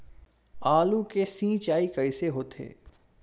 आलू के सिंचाई कइसे होथे?